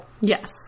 Yes